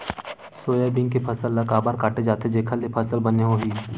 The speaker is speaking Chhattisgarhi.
सोयाबीन के फसल ल काबर काटे जाथे जेखर ले फसल बने होही?